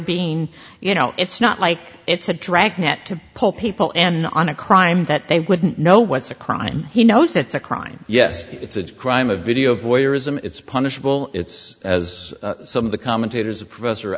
being you know it's not like it's a dragnet to pull people and on a crime that they wouldn't know what's a crime he knows it's a crime yes it's a crime of video voyeurism it's punishable it's as some of the commentators a professor